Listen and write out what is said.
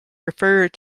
referred